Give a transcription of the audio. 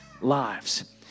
lives